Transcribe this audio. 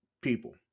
people